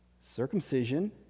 Circumcision